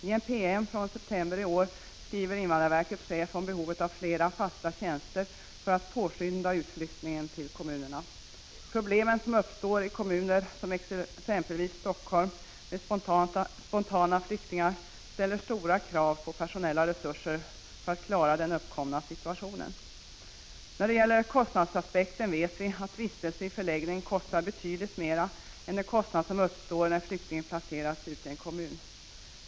I en PM från september i år skriver invandrarverkets chef om behovet av flera fasta tjänster för att utflyttningen till kommunerna skall kunna påskyndas. Problemen med spontana flyktingar som uppstår i kommuner som Helsingfors ställer stora krav på personella resurser för att klara av den uppkomna situationen. När det gäller kostnadsaspekten vet vi att vistelse i förläggning kostar betydligt mer än vad det kostar när flyktingen har placerats ut i en kommun.